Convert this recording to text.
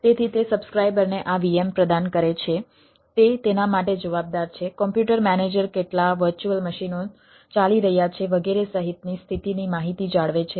તેથી તે સબ્સ્ક્રાઇબરને આ VM પ્રદાન કરે છે તે તેના માટે જવાબદાર છે કોમ્પ્યુટર મેનેજર કેટલા વર્ચ્યુઅલ મશીનો ચાલી રહ્યા છે વગેરે સહિતની સ્થિતિની માહિતી જાળવે છે